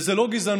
וזאת לא גזענות,